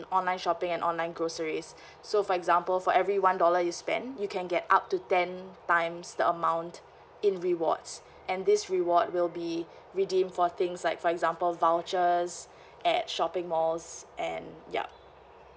online shopping and online groceries so for example for every one dollar you spend you can get up to ten times the amount in rewards and this reward will be redeemed for things like for example vouchers at shopping malls and yup